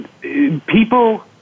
people